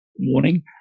warning